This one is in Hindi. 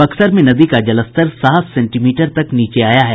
बक्सर में नदी का जलस्तर सात सेंटीमीटर तक नीचे आया है